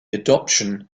adoption